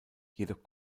jedoch